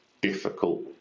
difficult